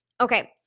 Okay